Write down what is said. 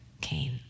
Cain